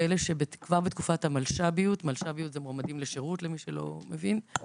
כאלה שכבר בתקופת המלש"ביות (מועמדים לשירות)מגיעים